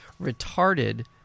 retarded